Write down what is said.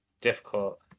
difficult